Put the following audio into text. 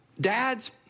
Dads